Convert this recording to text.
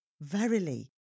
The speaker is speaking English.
Verily